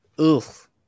Oof